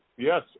Yes